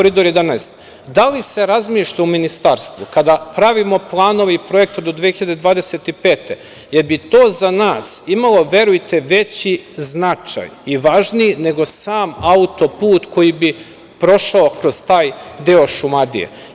Da li se razmišlja u Ministarstvu, kada pravimo planove i projekte do 2025. godine, jer bi to za nas, imalo verujte veći značaj i važniji nego sam auto-put koji bi prošao kroz taj deo Šumadije.